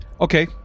Okay